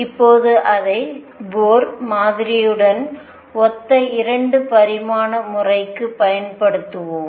இப்போது அதை போர் மாதிரியுடன் ஒத்த 2 பரிமாண முறைக்கு பயன்படுத்துவோம்